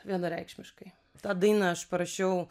vienareikšmiškai tą dainą aš parašiau